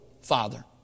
father